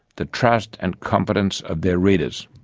the trust and confidence of their readers.